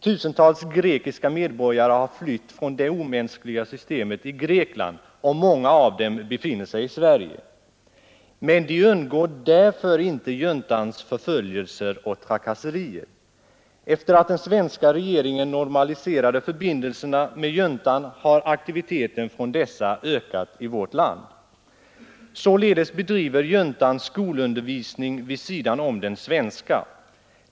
Tusentals grekiska medborgare har flytt från det omänskliga systemet i Grekland, och många av dem befinner sig i Sverige. Men de undgår därför inte juntans förföljelser och trakasserier. Sedan den svenska regeringen normaliserat förbindelserna med juntan har aktiviteten från denna ökat i vårt land. Således bedriver juntan skolundervisning vid sidan om den svenska.